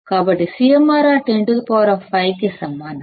కాబట్టి CMRR105 కి సమానం Acm